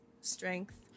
Strength